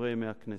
ב"דברי הכנסת".